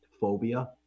phobia